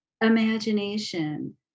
imagination